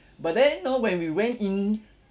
but then you know when we went in